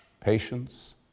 patience